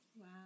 Wow